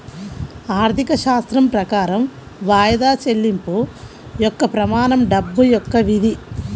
ఆర్థికశాస్త్రం ప్రకారం వాయిదా చెల్లింపు యొక్క ప్రమాణం డబ్బు యొక్క విధి